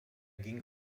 ging